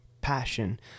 passion